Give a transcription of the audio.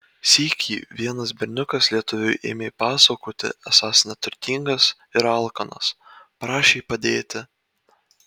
sykį vienas berniukas lietuviui ėmė pasakoti esąs neturtingas ir alkanas prašė padėti